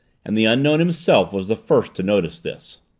and the unknown himself was the first to notice this.